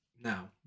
now